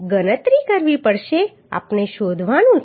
ગણતરી કરવી પડશે આપણે શોધવાનું છે